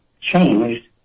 changed